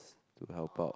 to help out